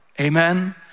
Amen